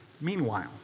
meanwhile